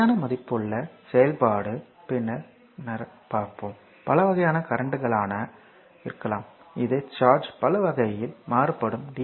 நிலையான மதிப்புள்ள செயல்பாடு பின்னர் பார்ப்போம் பல வகையான கரண்ட்களாக இருக்கலாம் இது சார்ஜ் பல வழிகளில் மாறுபடும்